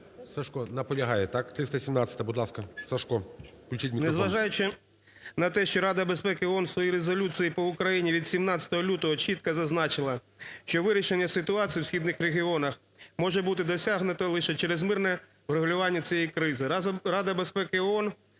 Сашко наполягає, так? 317-а. Будь ласка, Сашко. Включіть мікрофон. 14:08:29 САЖКО С.М. Незважаючи на те, що Рада безпеки ООН в своїй резолюції по Україні від 17 лютого чітко зазначила, що вирішення ситуації в східних регіонах може бути досягнуто лише через мирне врегулювання цієї кризи. Рада безпеки ООН